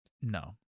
No